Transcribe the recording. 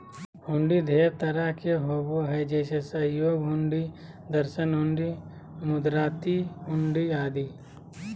हुंडी ढेर तरह के होबो हय जैसे सहयोग हुंडी, दर्शन हुंडी, मुदात्ती हुंडी आदि